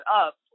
up